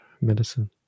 medicine